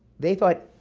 they thought,